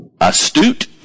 Astute